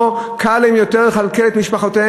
לא קל להם יותר לכלכל את משפחותיהם,